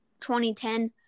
2010